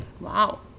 Wow